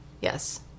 Yes